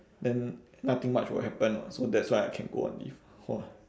then nothing much will happen [what] so that's why I can go on leave !wah!